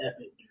epic